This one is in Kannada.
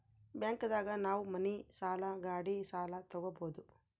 ಬ್ಯಾಂಕ್ ದಾಗ ನಾವ್ ಮನಿ ಸಾಲ ಗಾಡಿ ಸಾಲ ತಗೊಬೋದು